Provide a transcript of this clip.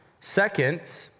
Second